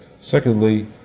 Secondly